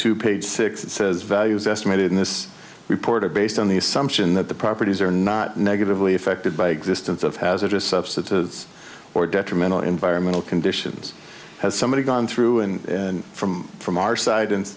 two page six it says values estimated in this report are based on the assumption that the properties are not negatively affected by existence of hazardous substances or detrimental environmental conditions has somebody gone through and from from our side and